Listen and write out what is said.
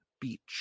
beach